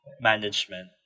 management